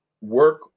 work